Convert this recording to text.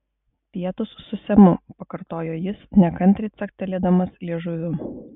pietūs su semu pakartojo jis nekantriai caktelėdamas liežuviu